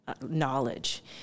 knowledge